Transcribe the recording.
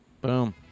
Boom